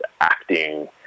acting